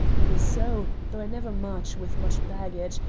it is so, though i never march with much baggage,